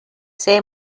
say